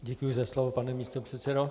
Děkuji za slovo, pane místopředsedo.